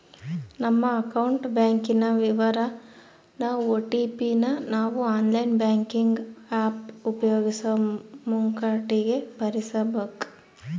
ನಮ್ಮ ಅಕೌಂಟ್ ಬ್ಯಾಂಕಿನ ವಿವರಾನ ಓ.ಟಿ.ಪಿ ನ ನಾವು ಆನ್ಲೈನ್ ಬ್ಯಾಂಕಿಂಗ್ ಆಪ್ ಉಪಯೋಗಿಸೋ ಮುಂಕಟಿಗೆ ಭರಿಸಬಕು